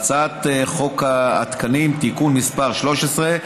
בהצעת חוק התקנים (תיקון מס' 13),